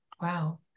wow